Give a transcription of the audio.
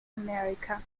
america